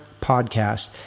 Podcast